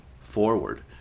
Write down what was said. forward